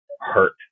hurt